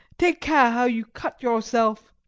take care how you cut yourself.